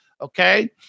Okay